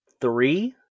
three